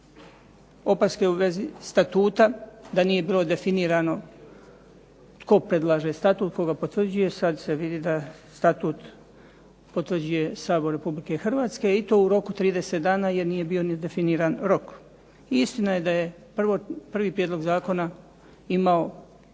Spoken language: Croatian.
opaske u vezi statuta, da nije bilo definirano tko predlaže statut, tko ga potvrđuje. Sad se vidi da statut potvrđuje Sabor Republike Hrvatske i to u roku 30 dana, jer nije bio ni definiran rok. I istina je da je prvi prijedlog zakona imao